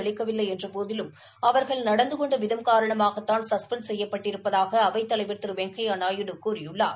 அளிக்கவில்லை என்றபோதிலும் அவர்கள் நடந்துகொண்ட விதம் காரணமாகத்தான் சஸ்பெண்ட் செய்யப்பட்டிருப்பதாக அவைத்தலைவர் திரு வெங்கையாநாயுடு கூறியுள்ளார்